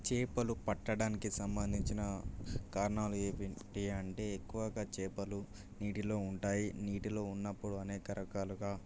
చేపలు పట్టడానికి సంబంధించిన కారణాలు ఏమిటి అంటే ఎక్కువగా చేపలు నీటిలో ఉంటాయి నీటిలో ఉన్నప్పుడు అనేక రకాలుగా